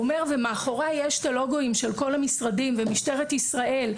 מאחוריי יש את הלוגואים של כל המשרדים ומשטרת ישראל,